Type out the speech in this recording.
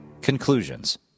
Conclusions